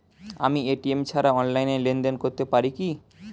আমি এ.টি.এম ছাড়া অনলাইনে লেনদেন করতে পারি কি?